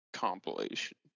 compilation